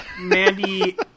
Mandy